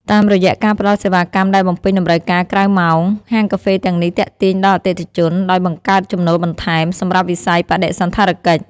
តាមរយៈការផ្តល់សេវាកម្មដែលបំពេញតម្រូវការក្រៅម៉ោង ហាងកាហ្វេទាំងនេះទាក់ទាញដល់អតិថិជន ដោយបង្កើត ចំណូលបន្ថែម សម្រាប់វិស័យបដិសណ្ឋារកិច្ច។